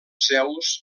zeus